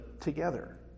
together